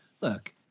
look